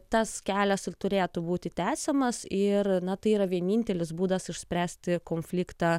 tas kelias ir turėtų būti tęsiamas ir na tai yra vienintelis būdas išspręsti konfliktą